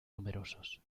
numerosos